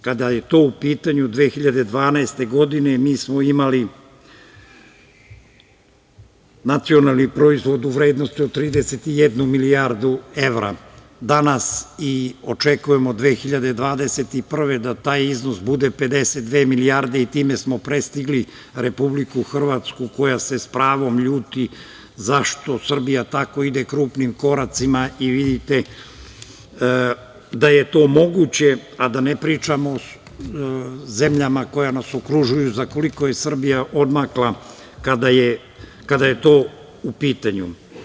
Kada je to u pitanju, 2012. godine, mi smo imali nacionalni proizvod u vrednosti od 31 milijardu evra, danas i očekujemo 2021. godine da taj iznos bude 52 milijarde i time smo prestigli Republiku Hrvatsku, koja se s pravom ljuti zašto Srbija tako ide krupnim koracima i vidite da je to moguće, a da ne pričamo o zemljama koje nas okružuju, za koliko je Srbija odmakla kada je to u pitanju.